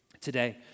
Today